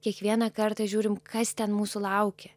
kiekvieną kartą žiūrim kas ten mūsų laukia